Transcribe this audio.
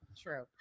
true